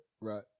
Right